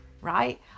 right